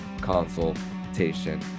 consultation